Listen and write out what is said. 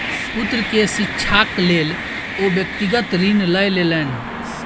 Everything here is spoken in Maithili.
पुत्र के शिक्षाक लेल ओ व्यक्तिगत ऋण लय लेलैन